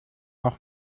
auch